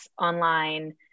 online